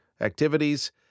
activities